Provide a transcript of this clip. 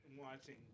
watching